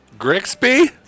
Grixby